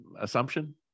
assumption